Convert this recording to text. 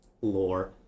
Lore